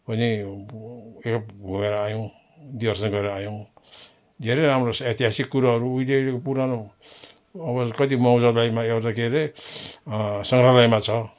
पनि एक खेप घुमेर आयौँ दर्शन गरेर आयौँ धेरै राम्रो रहेछ ऐतिहासिक कुराहरू उहिले पुरानो अब कति मौजालयमा यता के हरे सङग्रहालयमा छ